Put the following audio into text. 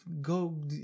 go